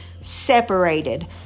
separated